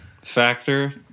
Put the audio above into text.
factor